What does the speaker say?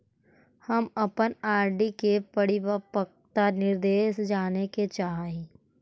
हम अपन आर.डी के परिपक्वता निर्देश जाने के चाह ही